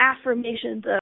affirmations